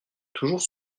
toujours